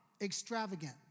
extravagant